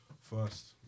first